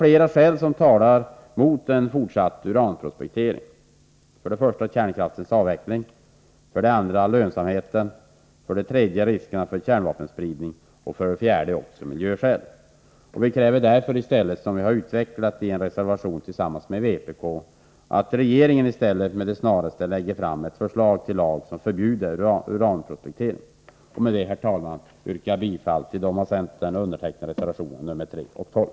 Flera skäl talar alltså mot en fortsatt uranprospektering: för det första kärnkraftens avveckling, för det andra bristande lönsamhet, för det tredje riskerna för kärnvapenspridning och för det fjärde också miljöskäl. Vi kräver därför, som vi har uttalat i en reservation tillsammans med vpk, att regeringen i stället snarast lägger fram ett förslag till lag som förbjuder uranprospektering. Med detta, herr talman, yrkar jag bifall till de av centern undertecknade reservationerna nr 3 och 12.